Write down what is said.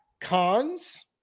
cons